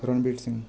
Ranbir Singh